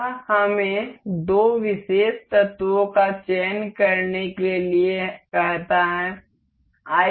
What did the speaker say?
यह हमें दो विशेष तत्वों का चयन करने के लिए कहता है